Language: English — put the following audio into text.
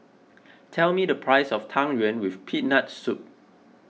tell me the price of Tang Yuen with Peanut Soup